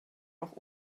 auch